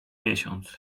miesiąc